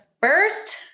first